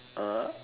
ah